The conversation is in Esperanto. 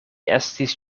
estis